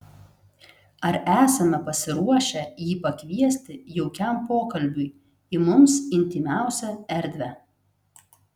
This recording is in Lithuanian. ar esame pasiruošę jį pakviesti jaukiam pokalbiui į mums intymiausią erdvę